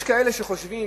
יש כאלה שחושבים,